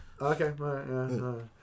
okay